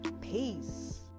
peace